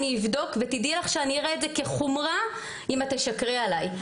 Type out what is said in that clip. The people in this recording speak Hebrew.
אני אבדוק ותדעי לך שאני אראה את זה כחומרה אם את תשקרי עליי.